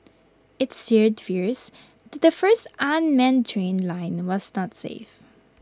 IT stirred fears that the first unmanned train line was not safe